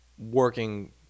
Working